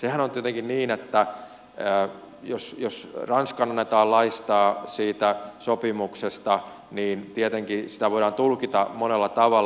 sehän on niin että jos ranskan annetaan laistaa siitä sopimuksesta niin tietenkin sitä voidaan tulkita monella tavalla